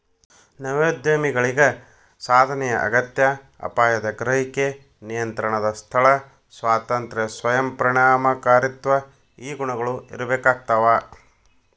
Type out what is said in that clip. ನವೋದ್ಯಮಿಗಳಿಗ ಸಾಧನೆಯ ಅಗತ್ಯ ಅಪಾಯದ ಗ್ರಹಿಕೆ ನಿಯಂತ್ರಣದ ಸ್ಥಳ ಸ್ವಾತಂತ್ರ್ಯ ಸ್ವಯಂ ಪರಿಣಾಮಕಾರಿತ್ವ ಈ ಗುಣಗಳ ಇರ್ಬೇಕಾಗ್ತವಾ